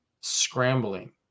scrambling